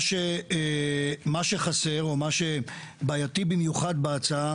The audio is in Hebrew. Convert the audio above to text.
מה שחסר או מה שבעייתי במיוחד בהצעה